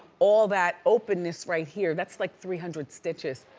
all that openness right here that's like three hundred stitches.